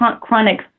chronic